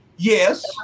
Yes